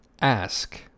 Ask